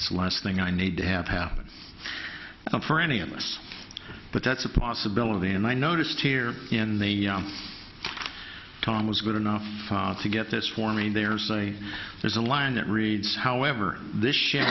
so last thing i need to have happen for any of this but that's a possibility and i noticed here in the time was good enough to get this for me there's a there's a line that reads however this sh